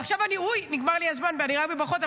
ועכשיו אני, אוי, נגמר לי הזמן ואני רק בברכות.